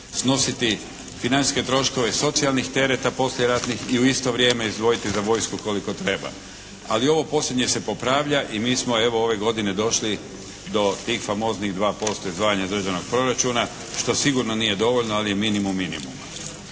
snositi financijske troškove socijalnih tereta poslijeratnih i u isto vrijeme izdvojiti za vojsku koliko treba. Ali ovo posljednje se popravlja i mi smo evo ove godine došli do tih famoznih 2% izdvajanja državnog proračuna, što sigurno nije dovoljno ali je minimum minimuma.